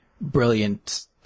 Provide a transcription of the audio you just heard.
brilliant